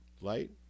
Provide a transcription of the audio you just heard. Light